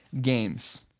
games